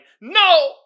No